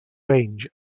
range